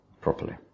properly